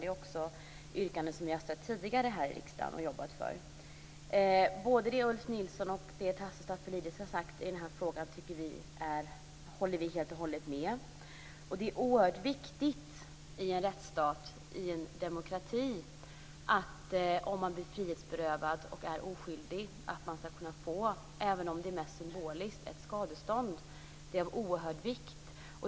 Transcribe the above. Det är ett yrkande som vi också tidigare har jobbat för här i riksdagen. Både det Ulf Nilsson och det Tasso Stafilidis har sagt i den här frågan håller vi helt och hållet med om. Det är oerhört viktigt i en rättsstat och i en demokrati att om man blir frihetsberövad och är oskyldig ska man kunna få ett skadestånd, även om det är mest symboliskt.